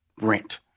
rent